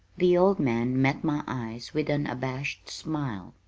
the old man met my eyes with an abashed smile.